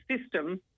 system